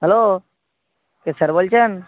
hello কে sir বলছেন